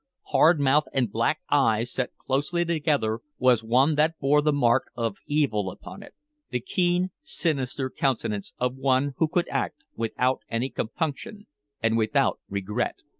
hard mouth and black eyes set closely together, was one that bore the mark of evil upon it the keen, sinister countenance of one who could act without any compunction and without regret.